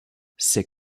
ces